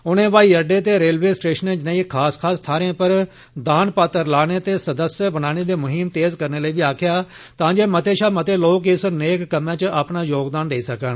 उनें हवाई अड्डे ते रेलवे स्टेषनें जनेई खास खास थाहरें पर दान पात्र लाने ते सदस्य बनाने दी मुहीम तेज करने लेई बी आक्खेआ तां जे मते षा मते लोक इस नेक कम्मै च अपना योगदान देई सकन